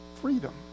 Freedom